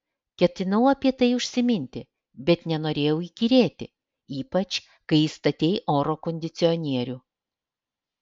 ketinau apie tai užsiminti bet nenorėjau įkyrėti ypač kai įstatei oro kondicionierių